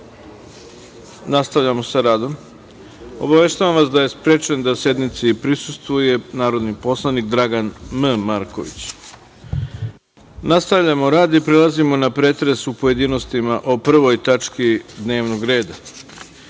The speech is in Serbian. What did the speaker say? nastavljamo sa radom. Obaveštavam vas da je sprečen da sednici prisustvuje narodni poslanik Dragan M. Marković. Nastavljamo rad i prelazimo na pretres u pojedinostima o 1. tački dnevnog reda